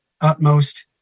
utmost